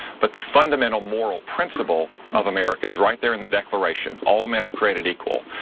but, the fundamental moral principle of america is right there in the declaration, all men are created equal.